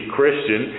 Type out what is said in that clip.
Christian